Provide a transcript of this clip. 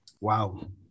Wow